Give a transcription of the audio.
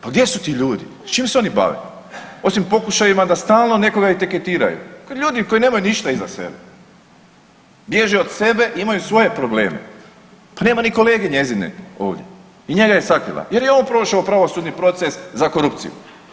Pa gdje su ti ljudi, s čim se oni bave osim pokušajima da stalno nekoga etiketiraju, ljudi koji nemaju ništa iza sebe, bježe od sebe i imaju svoje probleme pa nema ni kolege njezine ovdje i njega je sakrila jer je on prošao pravosudni proces za korupciju.